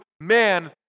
man